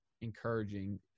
encouraging